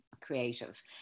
creative